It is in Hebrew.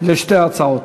שתי ההצעות.